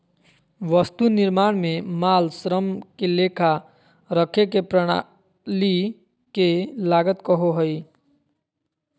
वस्तु निर्माण में माल, श्रम के लेखा रखे के प्रणाली के लागत कहो हइ